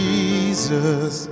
Jesus